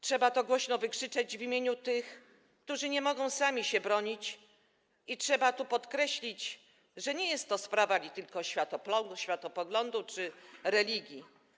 Trzeba to głośno wykrzyczeć w imieniu tych, którzy nie mogą sami się bronić, i trzeba tu podkreślić, że nie jest to sprawa li tylko światopoglądu czy religii.